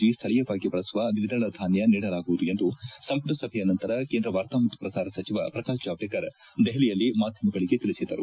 G ಸ್ನಳೀಯವಾಗಿ ಬಳಸುವ ದ್ವಿದಳ ಧಾನ್ನ ನೀಡಲಾಗುವುದು ಎಂದು ಸಂಪುಟ ಸಭೆಯ ನಂತರ ಕೇಂದ್ರ ವಾರ್ತಾ ಮತ್ತು ಪ್ರಸಾರ ಸಚಿವ ಪ್ರಕಾಶ್ ಜಾವಡೇಕರ್ ದೆಹಲಿಯಲ್ಲಿ ಮಾಧ್ವಮಗಳಿಗೆ ತಿಳಿಸಿದರು